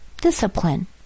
discipline